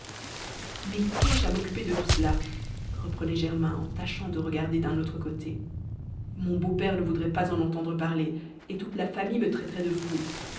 mais qu'ai-je à m'occuper de tout cela reprenait germain en tâchant de regarder d'un autre côté mon beau-père ne voudrait pas en entendre parler et toute la famille me traiterait de fou